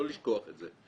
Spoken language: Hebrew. לא לשכוח את זה,